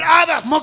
others